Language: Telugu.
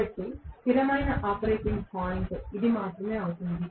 కాబట్టి స్థిరమైన ఆపరేటింగ్ పాయింట్ ఇది మాత్రమే అవుతుంది